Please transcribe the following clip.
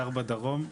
גר בדרום.